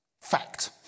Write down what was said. Fact